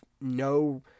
no